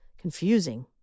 Confusing